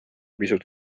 pisut